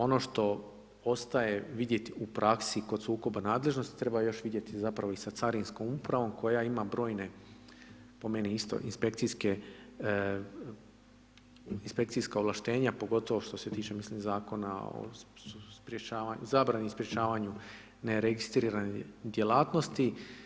Ono što ostaje vidjeti u praksi kod sukoba nadležnosti, treba još vidjeti zapravo i sa Carinskom upravom koja ima brojne po meni isto inspekcijska ovlaštenja, pogotovo što se tiče, mislim Zakona o zabrani i sprječavanju neregistriranih djelatnosti.